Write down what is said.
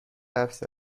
حرف